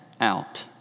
out